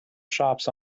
shops